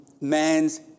man's